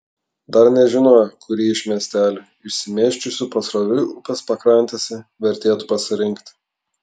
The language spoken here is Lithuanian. dar nežinojo kurį iš miestelių išsimėčiusių pasroviui upės pakrantėse vertėtų pasirinkti